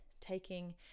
taking